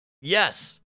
Yes